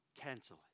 cancel